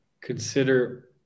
consider